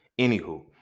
Anywho